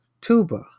Tuba